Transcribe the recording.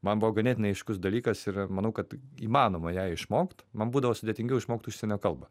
man buvo ganėtinai aiškus dalykas ir manau kad įmanoma ją išmokt man būdavo sudėtingiau išmokt užsienio kalbą